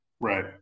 Right